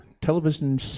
television